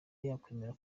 yakwemera